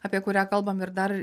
apie kurią kalbam ir dar